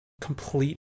complete